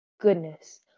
goodness